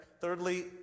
thirdly